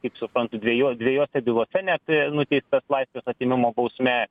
kaip suprantu dviejo dviejose bylose net nuteistas laisvės atėmimo bausme